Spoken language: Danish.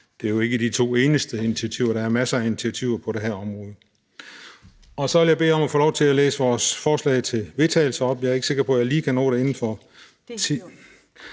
Det er jo ikke de to eneste initiativer. Der er masser af initiativer på det her område. Jeg vil så bede om at få lov til at læse vores forslag til vedtagelse op – jeg er ikke sikker på, at jeg lige kan nå det inden for